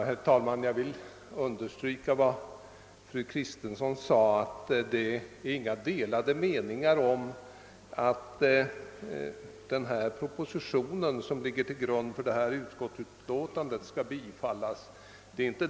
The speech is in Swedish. Herr talman! Jag vill understryka fru Kristenssons uttalande att det inte råder några delade meningar om att den proposition som ligger till grund för det här utskottsutlåtandet skall bifallas.